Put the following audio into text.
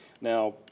Now